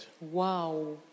wow